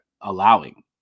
allowing